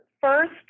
first